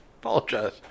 Apologize